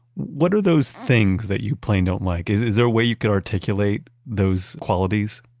what are those things that you plain don't like? is is there a way you could articulate those qualities?